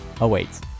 awaits